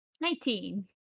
Nineteen